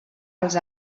els